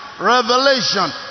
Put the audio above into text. revelation